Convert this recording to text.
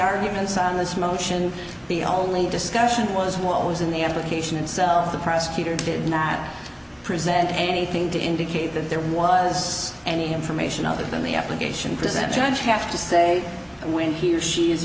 arguments on this motion the only discussion was what was in the application itself the prosecutor did not present anything to indicate that there was any information other than the application present judge have to say when he or she is